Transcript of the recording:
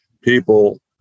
People